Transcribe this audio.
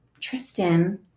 Tristan